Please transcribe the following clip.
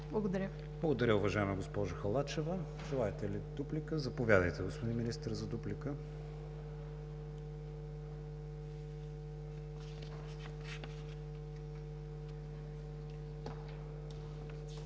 ВИГЕНИН: Благодаря, уважаема госпожо Халачева. Желаете ли дуплика? Заповядайте, господин Министър, за дуплика.